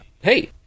hey